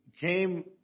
came